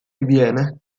diviene